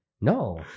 no